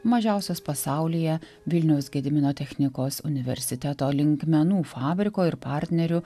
mažiausios pasaulyje vilniaus gedimino technikos universiteto linkmenų fabriko ir partnerių